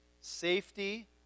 Safety